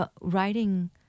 writing